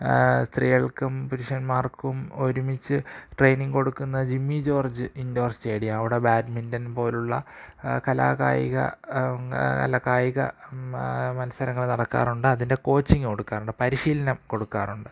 സ്ത്രീകള്ക്കും പുരുഷന്മാർക്കും ഒരുമിച്ച് ട്രെയിനിംഗ് കൊടുക്കുന്ന ജിമ്മി ജോര്ജ് ഇന്ഡോര് സ്റ്റേഡിയം അവിടെ ബാഡ്മിന്റണ് പോലുള്ള കലാകായിക അല്ല കായിക മത്സരങ്ങള് നടക്കാറുണ്ട് അതിന്റെ കോച്ചിംഗ് കൊടുക്കാറുണ്ട് പരിശീലനം കൊടുക്കാറുണ്ട്